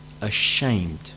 ashamed